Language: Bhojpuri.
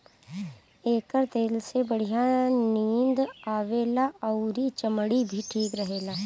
एकर तेल से बढ़िया नींद आवेला अउरी चमड़ी भी ठीक रहेला